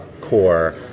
core